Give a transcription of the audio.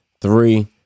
three